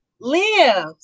live